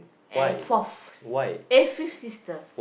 and fourth eh fifth sister